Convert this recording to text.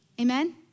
Amen